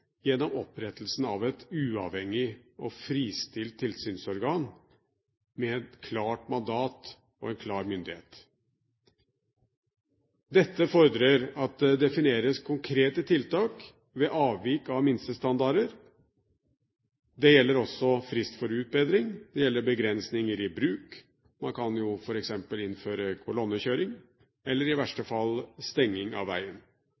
gjennom opprettelsen av et uavhengig og fristilt tilsynsorgan med et klart mandat og en klar myndighet. Dette fordrer at det defineres konkrete tiltak ved avvik av minstestandarder, herunder frist for utbedring, begrensninger i bruk – man kan f.eks. innføre kolonnekjøring – eller i verste fall stenging av veien.